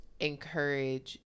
encourage